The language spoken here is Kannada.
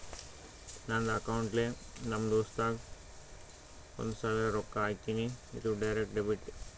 ನಂದ್ ಅಕೌಂಟ್ಲೆ ನಮ್ ದೋಸ್ತುಗ್ ಒಂದ್ ಸಾವಿರ ರೊಕ್ಕಾ ಹಾಕಿನಿ, ಇದು ಡೈರೆಕ್ಟ್ ಡೆಬಿಟ್